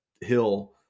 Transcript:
hill